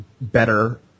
better